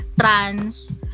trans